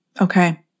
Okay